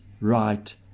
right